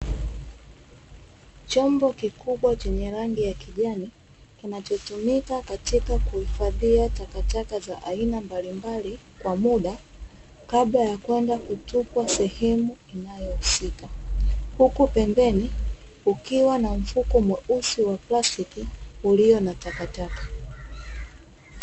Chombo kikubwa chenye rangi ya kijani, kinachotumika katika kuhifadhia takataka za aina mbalimbali kwa muda kabla ya kwenda kutupwa sehemu inayohusika, huku pembeni kukiwa na mfuko mweusi wa plastiki ulio na takataka.